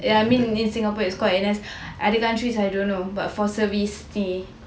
ya I mean in singapore it's called N_S other countries I don't know but for service ni